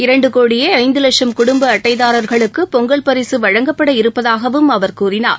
இரண்டுகோடியேஐந்துலட்சம் குடும்பஅட்டைதாரா்களுக்குபொங்கல் பரிசுவழங்கப்பட இருப்பதாகவும் அவர் கூறினார்